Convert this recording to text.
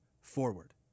forward